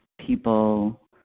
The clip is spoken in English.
people